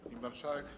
Pani Marszałek!